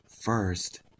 First